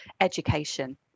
education